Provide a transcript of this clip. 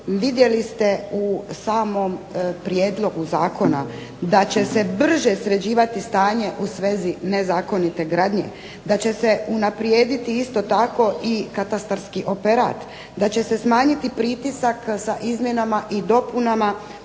vidjeli ste u samom prijedlogu zakona da će se brže sređivati stanje u svezi nezakonite gradnje, da će se unaprijediti isto tako i katastarski operat, da će se smanjiti pritisak sa izmjenama i dopunama